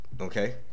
Okay